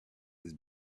its